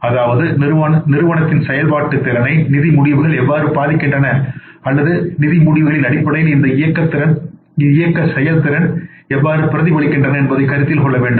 அதாவது நிறுவனத்தின் செயல்பாட்டு செயல்திறனை நிதி முடிவுகள் எவ்வாறு பாதிக்கின்றன அல்லது நிதி முடிவுகளின் அடிப்படையில் இந்த இயக்க செயல்திறன் எவ்வாறு பிரதிபலிக்கின்றன என்பதைக் கருத்தில் கொள்ள வேண்டும்